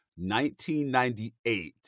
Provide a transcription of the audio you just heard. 1998